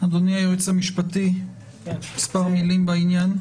אדוני היועץ המשפטי, מספר מילים בעניין.